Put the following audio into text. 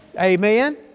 Amen